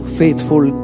faithful